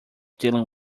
dealing